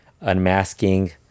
unmasking